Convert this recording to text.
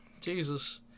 Jesus